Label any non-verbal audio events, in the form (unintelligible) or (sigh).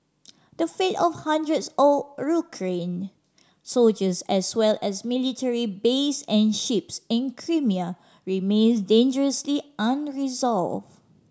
the fate of hundreds of (unintelligible) soldiers as well as military base and ships in Crimea remains dangerously unresolved